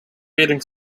bidding